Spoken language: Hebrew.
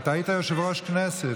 אתה היית יושב-ראש כנסת,